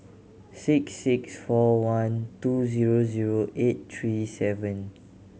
six six four one two zero zero eight three seven